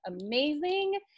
amazing